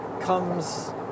comes